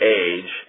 age